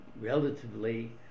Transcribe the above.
relatively